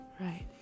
Right